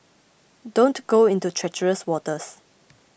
don't go into treacherous waters